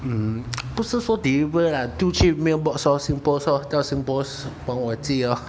mm 不是说 deliver lah 就去 mailbox lor SingPost lor 叫 SingPost 帮我寄咯